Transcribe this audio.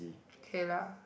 K lah